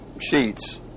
sheets